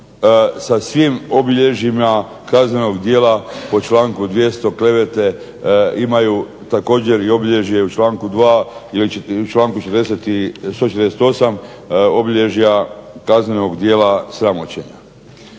sa svim obilježjima kaznenog djela po članku 200. klevete imaju također i obilježje u članku 2. i u članku 148., obilježja kaznenog djela sramoćenja.